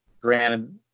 Granted